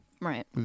Right